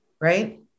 right